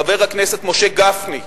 חבר הכנסת משה גפני,